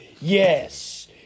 Yes